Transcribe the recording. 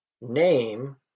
Name